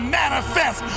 manifest